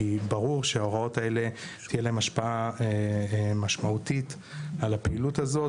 כי ברור שלהוראות האלה תהיה השפעה משמעותית על הפעילות הזאת,